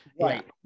Right